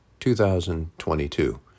2022